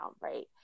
right